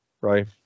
right